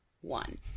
one